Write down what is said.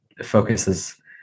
focuses